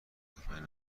تفنگ